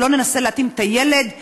ולא ננסה להתאים את הילד לחליפה.